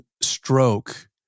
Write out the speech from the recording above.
stroke